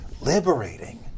liberating